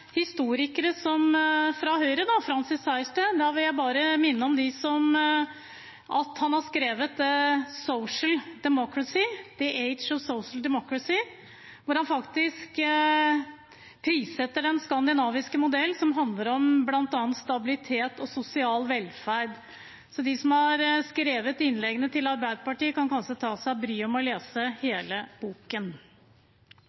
historikere fra Høyre, som Francis Sejersted. Da vil jeg bare minne om at han har skrevet «The Age of Social Democracy», hvor han faktisk prissetter den skandinaviske modellen, som handler om bl.a. stabilitet og sosial velferd. Så de som har skrevet innleggene til Arbeiderpartiet, kan kanskje ta seg bryet med å lese hele boken. Sosial ulikhet i Norge handler først og fremst om å